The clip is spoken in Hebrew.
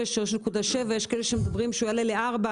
ויש כאלה שמדברים על כך שהוא יעלה ל-4,